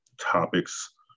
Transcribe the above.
topics